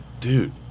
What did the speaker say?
dude